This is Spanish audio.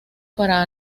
para